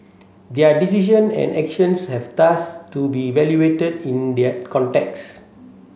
their decision and actions have thus to be evaluated in their context